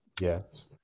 Yes